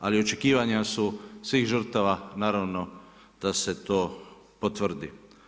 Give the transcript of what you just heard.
Ali, očekivanja su svih žrtava, naravno, da se to potvrdi.